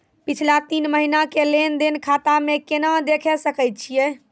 पिछला तीन महिना के लेंन देंन खाता मे केना देखे सकय छियै?